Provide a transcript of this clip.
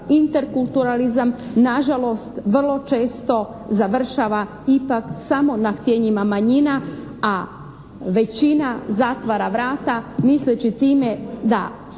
interkulturalizam, nažalost vrlo često završava ipak samo na htijenjima manjina, a većina zatvara vrata misleći time da